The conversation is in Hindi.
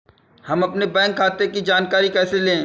हम अपने बैंक खाते की जानकारी कैसे लें?